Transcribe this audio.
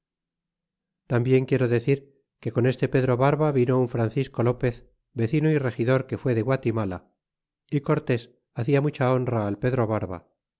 tambien quiero decir que con este pedro barba vino un francisco lopez vecino y regidor que fué de guatimala y cortés hacia mucha honra al pedro barba